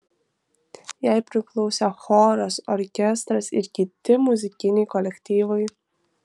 jai priklausė choras orkestras ir kiti muzikiniai kolektyvai